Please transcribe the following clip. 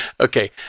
Okay